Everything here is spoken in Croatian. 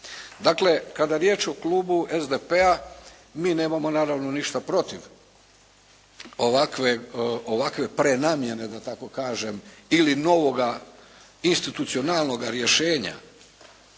Dakle, kada je riječ o klubu SDP-a mi nemamo naravno ništa protiv ovakve prenamjene da tako kažem ili novoga institucionalnoga rješenja